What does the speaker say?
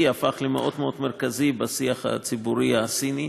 הפך למאוד מאוד מרכזי בשיח הציבורי בסין,